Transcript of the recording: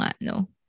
No